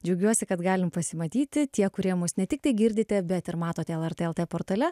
džiaugiuosi kad galim pasimatyti tie kurie mus ne tik tai girdite bet ir matote el er t el tė portale